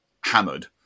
hammered